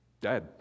dead